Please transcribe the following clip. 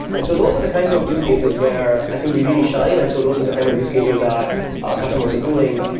and so those are the kinds of use cases where i think we really shine, and so those are the kind of use cases that our customers are doing,